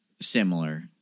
similar